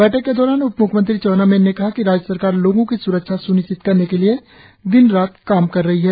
बैठक के दौरान उपम्ख्यमंत्री चाउना मेन ने कहा राज्य सरकार लोगो की स्रक्षा स्निश्चित करने के लिए दिन रात काम कर रही है